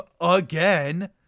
again